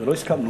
לא הסכמנו.